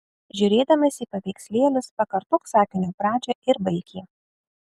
žiūrėdamas į paveikslėlius pakartok sakinio pradžią ir baik jį